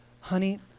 Honey